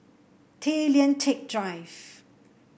Tay Lian Teck Drive